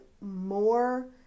more